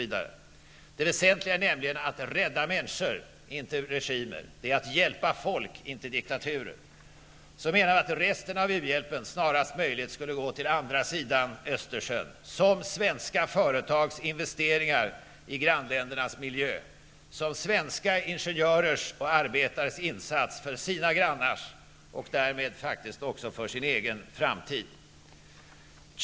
Det väsentliga är nämligen att rädda människor, inte regimer, att hjälpa folk, inte diktaturer. Så menar vi att resten av u-hjälpen snarast möjligt skulle gå till andra sidan Östersjön som svenska företags investeringar i grannländernas miljö, som svenska ingenjörers och arbetares insats för sina grannars och därmed också faktiskt för sin egen framtid.